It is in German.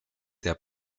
der